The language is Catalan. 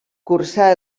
cursà